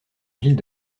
ville